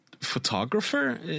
photographer